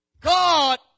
God